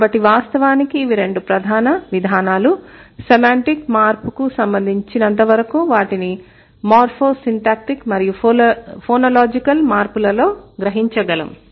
కాబట్టి వాస్తవానికి ఇవి రెండు ప్రధాన విధానాలు సెమాంటిక్ మార్పుకు సంబంధించి నంతవరకు వాటిని మోర్ఫోసింటాక్టిక్ మరియు ఫొనోలాజికల్ మార్పులలో గ్రహించగలం